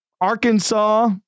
Arkansas